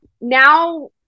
Now